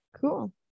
Cool